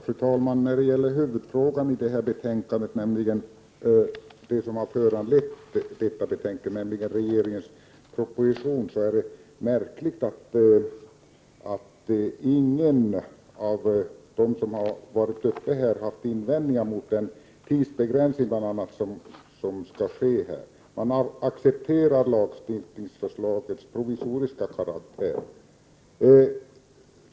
Fru talman! När det gäller huvudfrågan i detta betänkande, som har föranlett betänkandet, nämligen regeringens proposition, är det märkligt att ingen av dem som har varit uppe har haft invändningar emot bl.a. den prisbegränsning som skall ske här. Man har accepterat lagstiftningsförslagets provisoriska karaktär.